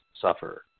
suffer